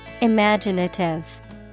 Imaginative